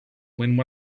when